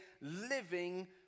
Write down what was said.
living